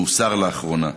שהוסר לאחרונה.